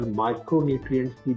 micronutrients